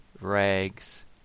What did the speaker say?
rags